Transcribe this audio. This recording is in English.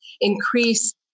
increase